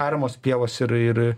ariamos pievos ir ir